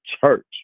church